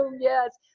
yes